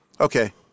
okay